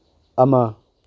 ꯑꯃ